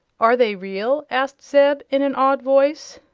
are they real? asked zeb, in an awed voice.